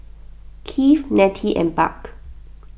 Keith Nettie and Buck